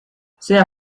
sehr